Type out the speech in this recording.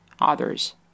others